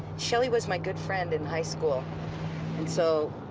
shelley was my good friend in high school and so,